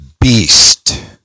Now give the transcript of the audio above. beast